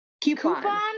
coupon